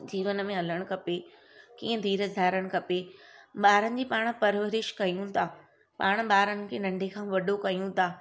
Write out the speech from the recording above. जीवन में हलणु खपे कीअं धीरज धारणु खपे ॿारनि जी पाण परवरिश कयूं था पाण ॿारनि खे नंढे खां वॾो कयूं था